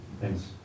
Thanks